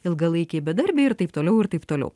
ilgalaikiai bedarbiai ir taip toliau ir taip toliau